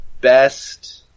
best